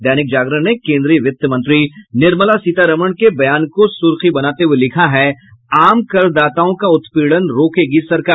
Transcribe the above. दैनिक जागरण ने केन्द्रीय वित्त मंत्री निर्मला सीतारमण के बयान को सुर्खी बनाते हुये लिखा है आम कर दाताओं का उत्पीड़न रोकेगी सरकार